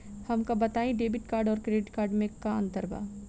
हमका बताई debit card और क्रेडिट कार्ड में का अंतर बा?